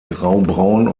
graubraun